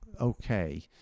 okay